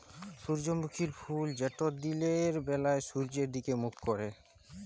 সূর্যমুখী ফুল যেট দিলের ব্যালা সূর্যের দিগে মুখ ক্যরে